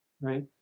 Right